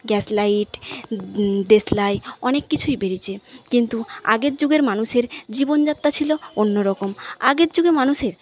gas light দেশলাই অনেক কিছুই বেড়েছে কিন্তু আগের যুগের মানুষের জীবনযাত্রা ছিল অন্য রকম আগের যুগের মানুষের